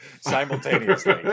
simultaneously